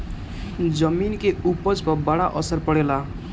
जमीन के उपज पर बड़ा असर पड़ेला